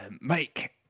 Mike